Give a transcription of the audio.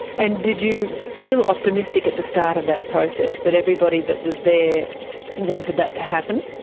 and did you feel optimistic at the start of that process that everybody that was there wanted that to happen?